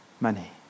money